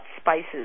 spices